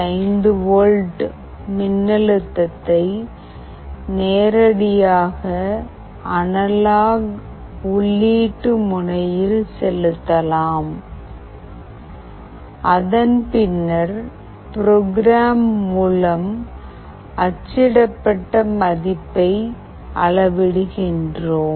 5 volt மின்னழுத்தத்தை நேரடியாகப் analogue உள்ளீட்டு முனையில் செலுத்தலாம் அதன் பின்னர் ப்ரோக்ராம் மூலம் அச்சிடப்பட்ட மதிப்பை அளவிடுகிறோம்